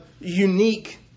unique